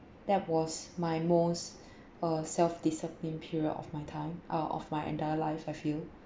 that was my most uh self discipline period of my time uh of my entire life I feel